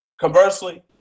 Conversely